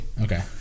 Okay